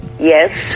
Yes